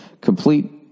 Complete